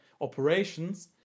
operations